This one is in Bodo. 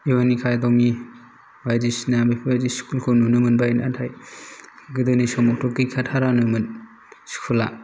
इउ एन एकादमी बायदिसिना बेफोरबायदि स्कुलखौ नुनो मोनबाय नाथाय गोदोनि समावथ' गैखाथारानोमोन स्कुला